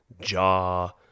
jaw